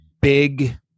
big